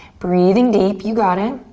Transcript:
breathing deep, you got it.